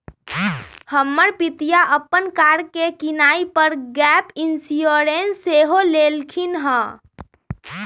हमर पितिया अप्पन कार के किनाइ पर गैप इंश्योरेंस सेहो लेलखिन्ह्